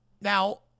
Now